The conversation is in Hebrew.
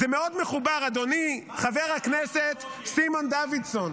זה מאוד מחובר, אדוני חבר הכנסת סימון דוידסון